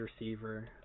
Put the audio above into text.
receiver